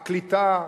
הקליטה,